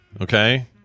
okay